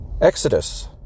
Exodus